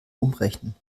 umrechnen